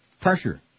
pressure